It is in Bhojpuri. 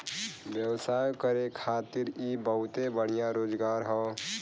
व्यवसाय करे खातिर इ बहुते बढ़िया रोजगार हौ